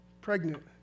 pregnant